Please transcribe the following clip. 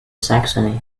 saxony